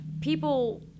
People